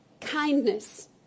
kindness